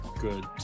good